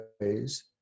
ways